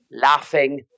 laughing